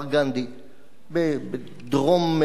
בדרום-מזרח ירדן,